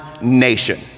nation